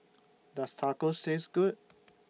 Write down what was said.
Does Tacos Taste Good